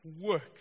work